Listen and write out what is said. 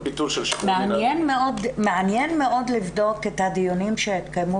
מעניין מאוד לבדוק את הדיונים שהתקיימו